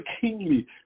kingly